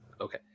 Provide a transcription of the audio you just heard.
Okay